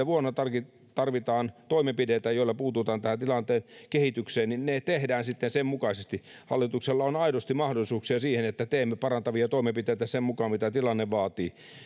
vuonna kaksituhattakaksikymmentä tarvitaan toimenpiteitä joilla puututaan tämän tilanteen kehitykseen niin ne tehdään sitten sen mukaisesti hallituksella on aidosti mahdollisuuksia siihen että teemme parantavia toimenpiteitä sen mukaan mitä tilanne vaatii